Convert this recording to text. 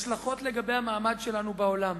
השלכות על המעמד שלנו בעולם.